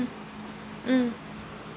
mm